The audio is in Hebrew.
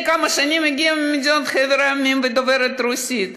כמה שנים היא הגיעה מחבר המדינות והיא דוברת רוסית?